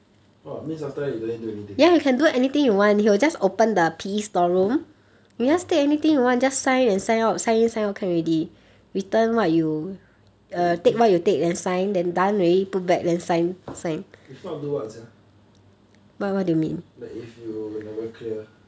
!wah! means after that you don't need do anything ah wait if if if not do what sia like if you never clear